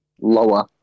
lower